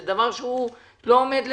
זה דבר שלא עומד לדיון,